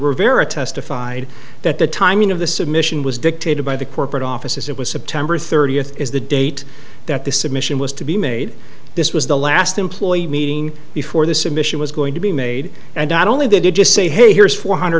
rivera testified that the timing of the submission was dictated by the corporate offices it was september thirtieth is the date that the submission was to be made this was the last employee meeting before the submission was going to be made and i'd only they did just say hey here's four hundred